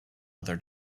other